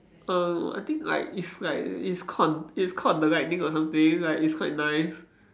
err I think like it's like it's called it's called the lightning or something like it's quite nice